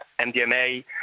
MDMA